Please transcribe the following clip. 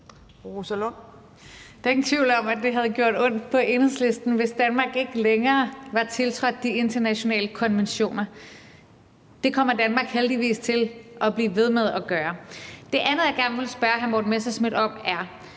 Rosa Lund (EL): Der er ingen tvivl om, at det havde gjort ondt på Enhedslisten, hvis Danmark ikke længere tiltrådte de internationale konventioner. Det kommer Danmark heldigvis til at blive ved med at gøre. Det andet, jeg gerne vil spørge hr. Morten Messerschmidt om, er: